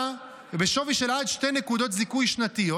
בשווי של עד שתי נקודות זיכוי שנתיות,